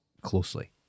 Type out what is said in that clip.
closely